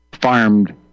farmed